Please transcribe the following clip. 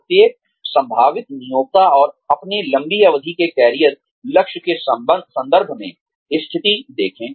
प्रत्येक संभावित नियोक्ता और अपने लंबी अवधि के कैरियर लक्ष्य के संदर्भ में स्थिति देखें